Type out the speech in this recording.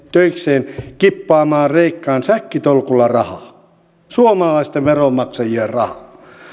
töikseen kippaamaan kreikkaan säkkitolkulla rahaa suomalaisten veronmaksajien rahaa